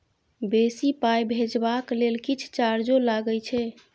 बेसी पाई भेजबाक लेल किछ चार्जो लागे छै?